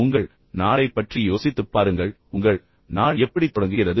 உங்கள் நாளைப் பற்றி யோசித்துப் பாருங்கள் உங்கள் நாள் எப்படித் தொடங்குகிறது